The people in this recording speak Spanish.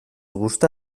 gusta